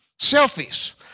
Selfies